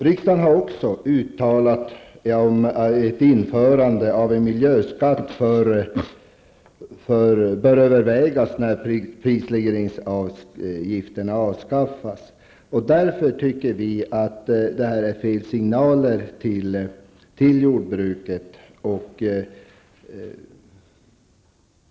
Riksdagen har också uttalat att införande av en miljöskatt bör övervägas när prisregleringsavgifterna avskaffas. Därför tycker vi att det nu ges fel signal till jordbruket.